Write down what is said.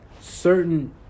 certain